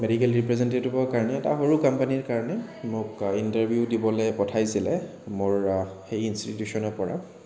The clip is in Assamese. মেডিকেল ৰিপ্ৰেজেনটেটিভৰ কাৰণে এটা সৰু ক'ম্পেনীৰ কাৰণে মোক ইণ্টাৰভিউ দিবলৈ পঠাইছিল মোৰ সেই ইনষ্টিটিউচনৰ পৰা